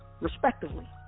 respectively